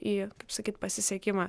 į kaip sakyt pasisekimą